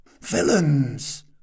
Villains